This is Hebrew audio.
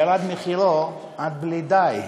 / ירד מחירו עד בלי די,